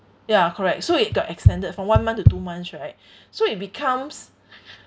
ya correct so it got extended from one month to two months right so it becomes